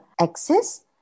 access